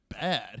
Bad